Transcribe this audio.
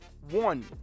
One